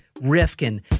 Rifkin